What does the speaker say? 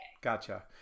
Gotcha